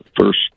first